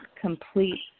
complete